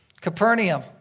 Capernaum